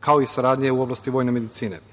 kao i saradnje u oblasti vojne medicine. Pored